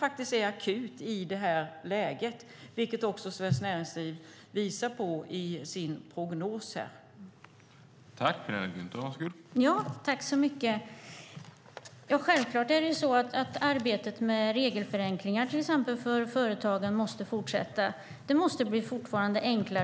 Detta är akut i nuläget, vilket också Svenskt Näringsliv i sin prognos visar på.